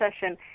session